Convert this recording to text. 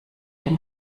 dem